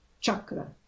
chakra